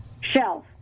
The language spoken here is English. shelf